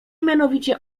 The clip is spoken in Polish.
mianowicie